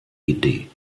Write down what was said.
idee